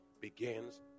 begins